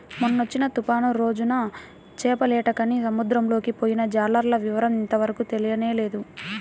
మొన్నొచ్చిన తుఫాను రోజున చేపలేటకని సముద్రంలోకి పొయ్యిన జాలర్ల వివరం ఇంతవరకు తెలియనేలేదు